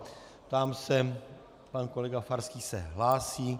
Ptám se pan kolega Farský se hlásí.